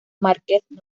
márquez